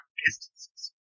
distances